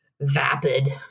vapid